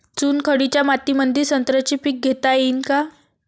चुनखडीच्या मातीमंदी संत्र्याचे पीक घेता येईन का?